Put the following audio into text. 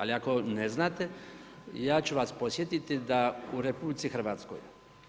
Ali ako ne znate, ja ću vas podsjetiti da u RH